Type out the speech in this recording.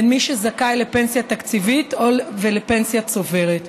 בין מי שזכאים לפנסיה תקציבית ולפנסיה צוברת.